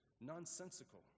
nonsensical